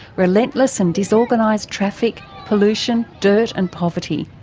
relentless and disorganized traffic, pollution, dirt and poverty.